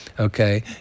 Okay